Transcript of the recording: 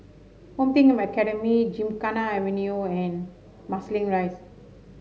Home Team Academy Gymkhana Avenue and Marsiling Rise